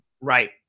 Right